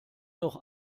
doch